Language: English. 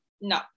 no